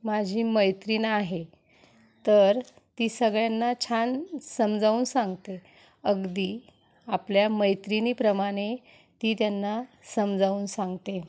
माझी मैत्रीण आहे तर ती सगळ्यांना छान समजावून सांगते अगदी आपल्या मैत्रिणीप्रमाणे ती त्यांना समजावून सांगते